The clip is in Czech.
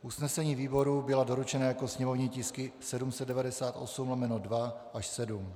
Usnesení výboru byla doručena jako sněmovní tisky 798/2 až 7.